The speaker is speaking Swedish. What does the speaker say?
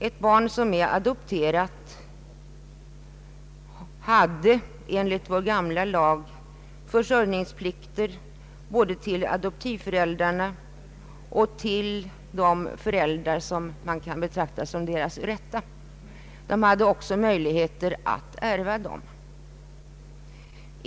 Ett adopterat barn hade enligt vår tidigare lag försörjningsplikt både mot adoptivföräldrarna och mot sina rätta föräldrar. Det hade också möjligheter att ärva båda föräldraparen.